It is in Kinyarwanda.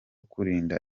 kurinda